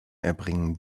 erbringen